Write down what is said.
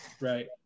Right